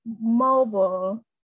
mobile